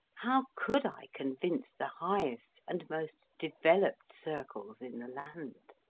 how could i convince the highest and most developed circles in the land?